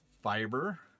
fiber